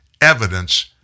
evidence